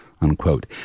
unquote